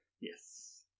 yes